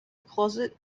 closet